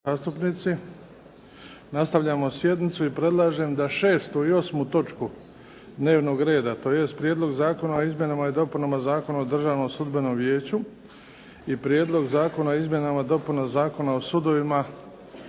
Nastavljamo sa sjednicom i predlažem da 6. i 8. točku dnevnog reda tj. Prijedlog zakona o izmjenama i dopunama Zakona o Državnom sudbenom vijeću i Prijedlog zakona o izmjenama i dopunama Zakona o sudovima